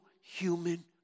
human